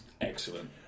excellent